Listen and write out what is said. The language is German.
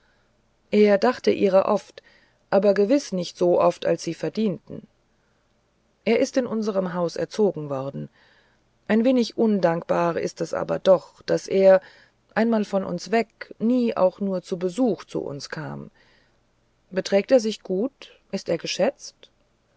er dachte ihrer oft aber gewiß nicht so oft als sie es verdienten er ist in unserem hause erzogen worden ein wenig undankbar ist es aber doch daß er einmal von uns weg nie auch nur zu besuch zu uns kam beträgt er sich gut ist er geschätzt